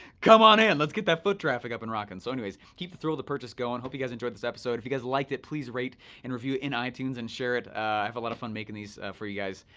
come on in, let's get that foot traffic up and rocking. so anyway, keep the thrill of the purchase going. hope you guys enjoyed this episode. if you guys liked it, please rate and review in itunes and share it. i have a lot of fun making these for you guys.